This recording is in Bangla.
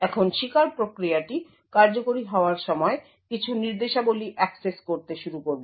এখন শিকার প্রক্রিয়াটি কার্যকরি হওয়ার সময় কিছু নির্দেশাবলী অ্যাক্সেস করতে শুরু করবে